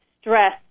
stress